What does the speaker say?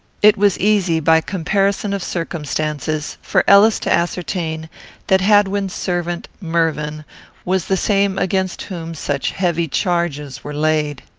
it was easy, by comparison of circumstances, for ellis to ascertain that hadwin's servant mervyn was the same against whom such heavy charges were laid.